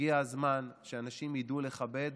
הגיע הזמן שאנשים יידעו לכבד